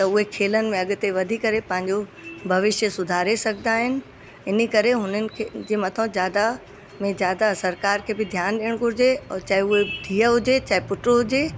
त उहे खेलनि में अॻिते वधी करे पंहिंजो भविष्य सुधारे सघंदा आहिनि इन करे हुननि खे जंहिं मथो ज़्यादा में ज़्यादा सरकारि खे बि ध्यानु ॾियणु घुरिजे ऐं चाहे उहे धीअ हुजे चाहे पुटु हुजे